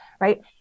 Right